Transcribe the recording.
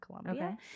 Columbia